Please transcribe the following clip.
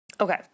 Okay